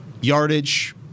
yardage